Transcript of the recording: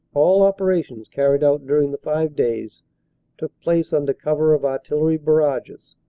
all operations carried out during the five days took place under cover of artillery barrages.